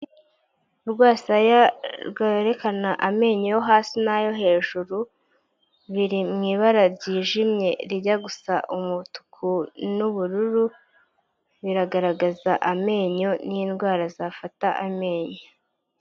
Urwasaya rwerekana amenyo yo hasi n'ayo hejuru, biri mu ibara ryijimye rijya gusa umutuku n'ubururu, biragaragaza amenyo n'indwara zafata amenyo.